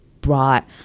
brought